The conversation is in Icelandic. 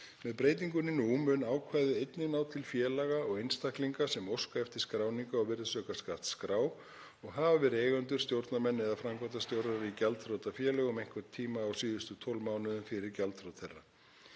Með breytingunni nú mun ákvæðið einnig ná til félaga og einstaklinga sem óska eftir skráningu á virðisaukaskattsskrá og hafa verið eigendur, stjórnarmenn eða framkvæmdastjórar í gjaldþrota félögum einhvern tíma á síðustu tólf mánuðum fyrir gjaldþrot þeirra.